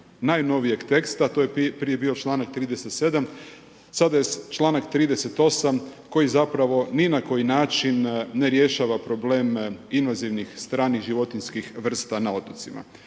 najnovijeg teksta, to je prije bio članak 37., sada je članak 38. koji zapravo ni na koji način ne rješava probleme invazivnih stranih životinjskih vrsta na otocima.